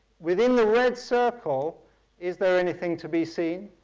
within the red circle is there anything to be seen?